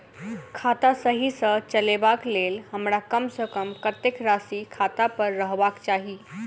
खाता सही सँ चलेबाक लेल हमरा कम सँ कम कतेक राशि खाता पर रखबाक चाहि?